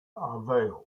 avail